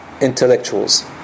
intellectuals